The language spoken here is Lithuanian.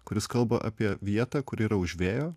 kuris kalba apie vietą kur yra už vėjo